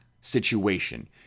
situation